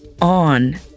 on